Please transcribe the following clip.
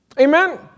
Amen